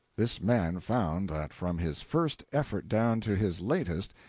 this man found that from his first effort down to his latest,